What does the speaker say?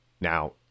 Now